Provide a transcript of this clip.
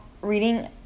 reading